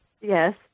Yes